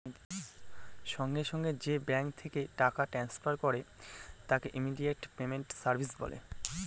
সঙ্গে সঙ্গে যে ব্যাঙ্ক থেকে টাকা ট্রান্সফার করে তাকে ইমিডিয়েট পেমেন্ট সার্ভিস বলে